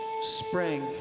spring